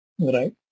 right